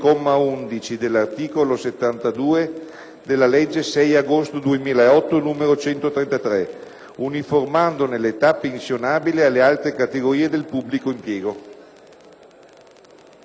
della legge 6 agosto 2008, n. 133, uninformandone l'età pensionabile alle altre categorie del pubblico impiego».